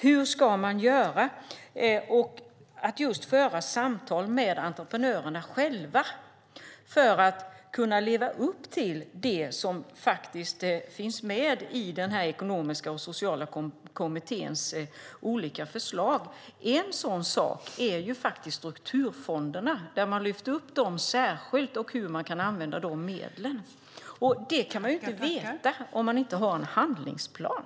Hur ska man göra för att föra samtal med entreprenörerna själva för att kunna leva upp till det som finns med i den ekonomiska och sociala kommitténs olika förslag? En sådan sak är strukturfonderna. Man lyfter upp dem särskilt och pekar på hur man kan använda de medlen. Det kan man inte veta om man inte har en handlingsplan.